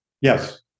Yes